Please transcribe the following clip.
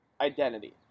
identity